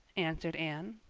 answered anne.